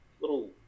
Little